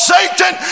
Satan